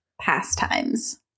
pastimes